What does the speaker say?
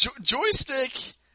Joystick